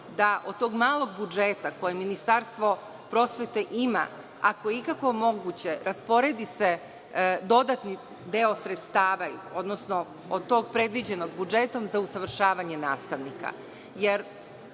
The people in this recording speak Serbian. da od tog malog budžeta koje Ministarstvo prosvete ima, ako je ikako moguće, rasporedi se dodatni deo sredstava, odnosno od tog predviđenog budžetom, za usavršavanje nastavnika.